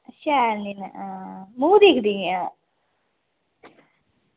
शैल नेईं ऐ हां मूंह् दिक्खदियां आं